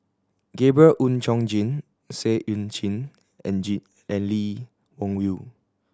Gabriel Oon Chong Jin Seah Eu Chin and and Lee Wung Yew